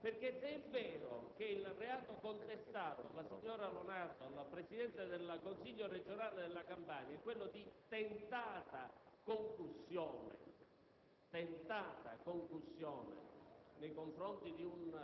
Perché se è vero che il reato contestato alla signora Lonardo, alla presidente del Consiglio regionale della Campania, è di tentata - sottolineo